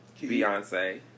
Beyonce